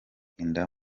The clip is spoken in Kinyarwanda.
inda